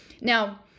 Now